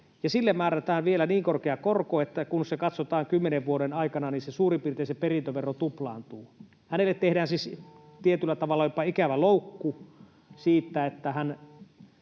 hänelle määrätään vielä niin korkea korko, että kun se katsotaan kymmenen vuoden aikana, se perintövero suurin piirtein tuplaantuu. Hänelle tehdään siis tietyllä tavalla jopa ikävä loukku siitä, että hän